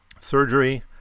surgery